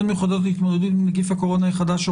מיוחדות להתמודדות עם נגיף הקורונה החדש.